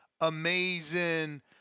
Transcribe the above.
amazing